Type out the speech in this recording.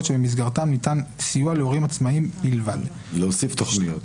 שבמסגרתן ניתן סיוע להורים עצמאיים בלבד." להוסיף תוכניות.